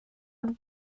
would